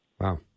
Wow